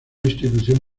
institución